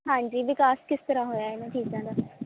ਹਾਂਜੀ ਵਿਕਾਸ ਕਿਸ ਤਰ੍ਹਾਂ ਹੋਇਆ ਇਹਨਾਂ ਚੀਜ਼ਾਂ ਦਾ